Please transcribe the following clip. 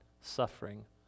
suffering